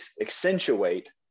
accentuate